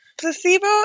placebo